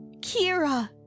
Kira